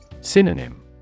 Synonym